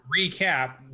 recap